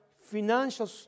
financial